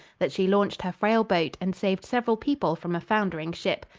that she launched her frail boat and saved several people from a foundering ship.